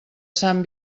sant